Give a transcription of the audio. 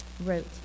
wrote